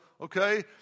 okay